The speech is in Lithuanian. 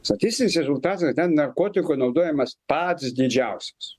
statistinis rezultatas ten narkotikų naudojimas pats didžiausias